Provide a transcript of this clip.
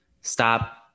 stop